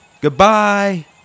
Goodbye